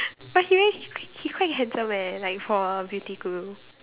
but he really he quite handsome eh like for a beauty guru